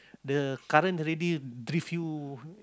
the current already drift you